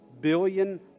billion